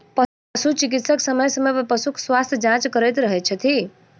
पशु चिकित्सक समय समय पर पशुक स्वास्थ्य जाँच करैत रहैत छथि